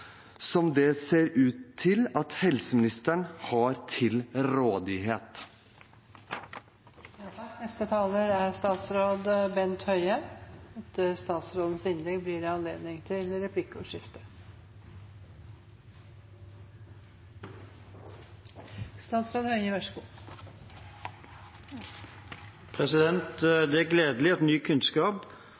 som det ser ut til at helseministeren har til rådighet. Det er gledelig at ny kunnskap